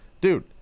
dude